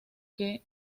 que